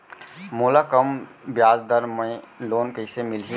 मोला कम ब्याजदर में लोन कइसे मिलही?